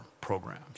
programs